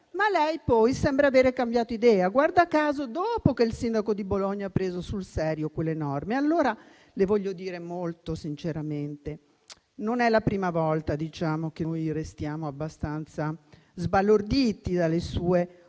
lei sembra aver cambiato idea, guarda caso dopo che il sindaco di Bologna ha preso sul serio quelle norme. Le voglio dire, molto sinceramente, che non è la prima volta che noi restiamo abbastanza sbalorditi dalle sue originali